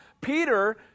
Peter